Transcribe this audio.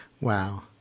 Wow